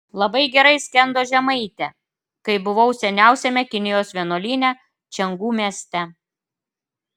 labai gerai skendo žemaitė kai buvau seniausiame kinijos vienuolyne čiangu mieste